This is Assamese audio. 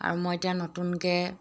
আৰু মই এতিয়া নতুনকৈ